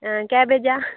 ആ കാബേജോ